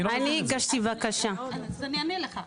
אני לא מבין את זה.